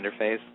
interface